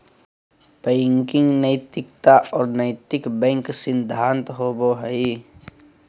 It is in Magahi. बैंकिंग नैतिकता और नैतिक बैंक सिद्धांत होबो हइ